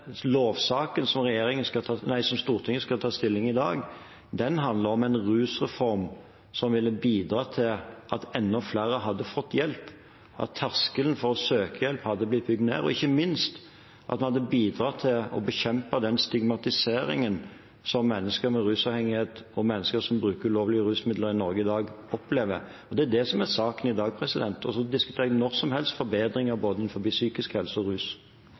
som Stortinget skal ta stilling til i dag, handler om en rusreform som ville bidratt til at enda flere hadde fått hjelp, at terskelen for å søke hjelp hadde blitt bygd ned, og ikke minst hadde den bidratt til å bekjempe den stigmatiseringen som mennesker med rusavhengighet og mennesker som bruker ulovlige rusmidler i Norge i dag, opplever. Det er det som er saken i dag. Så diskuterer jeg når som helst forbedringer innenfor både psykisk helse- og